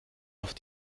auf